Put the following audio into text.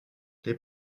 les